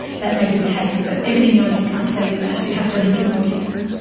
that may be the case, but epidemiology can't tell you that, you'd have to look in more detail.